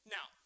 Now